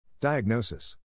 Diagnosis